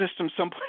system